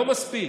לא מספיק.